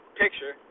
picture